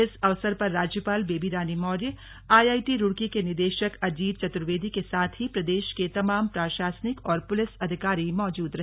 इस अवसर पर राज्यपाल बेबी रानी मौर्य आईआईटी रुड़की के निदेशक अजीत चतुर्वेदी के साथ ही प्रदेश के तमाम प्रशासनिक और पुलिस अधिकारी मौजूद रहे